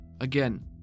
Again